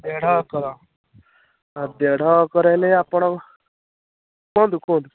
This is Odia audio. ଦେଢ଼ ଏକର ଦେଢ଼ ଏକର ହେଲେ ଆପଣ କୁହନ୍ତୁ କୁହନ୍ତୁ